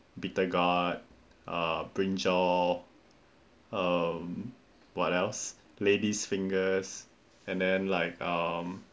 bitter gourd uh brinjal um what else lady's fingers and then like um